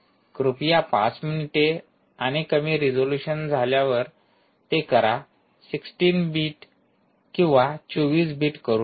कृपया 5 मिनिटे आणि कमी रिझोल्यूशनवर झाल्यावर ते करा 16 बिट किंवा 24 बिट करू नका